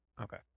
Okay